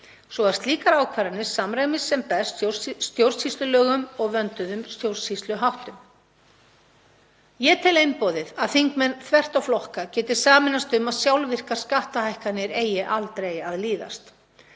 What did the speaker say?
svo að slíkar ákvarðanir samræmist sem best stjórnsýslulögum og vönduðum stjórnsýsluháttum. Ég tel einboðið að þingmenn þvert á flokka geti sameinast um að sjálfvirkar skattahækkanir eigi aldrei að líðast.